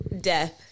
Death